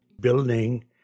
building